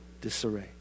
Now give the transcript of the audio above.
disarray